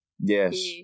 Yes